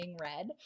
red